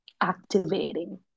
activating